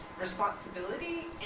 responsibility